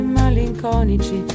malinconici